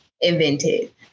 invented